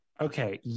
Okay